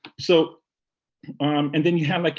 so and then you have like,